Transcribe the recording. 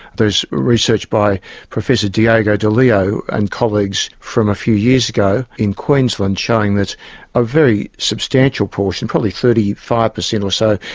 there's research by professor diego de leo and colleagues from a few years ago in queensland showing that a very substantial portion, probably thirty five percent or so,